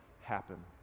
happen